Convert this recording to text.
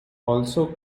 also